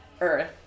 Earth